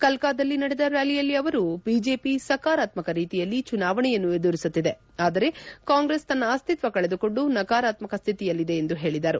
ಕಲ್ಕಾದಲ್ಲಿ ನಡೆದ ರ್್ಯಾಲಿಯಲ್ಲಿ ಅವರು ಬಿಜೆಪಿ ಸಕಾರಾತ್ಮಕ ರೀತಿಯಲ್ಲಿ ಚುನಾವಣೆಯನ್ನು ಎದುರಿಸುತ್ತಿದೆ ಆದರೆ ಕಾಂಗ್ರೆಸ್ ತನ್ನ ಅಸ್ತಿತ್ವ ಕಳೆದುಕೊಂಡು ನಕರಾತ್ಮಕ ಸ್ವಿತಿಯಲ್ಲಿದೆ ಎಂದು ಹೇಳಿದರು